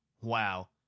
Wow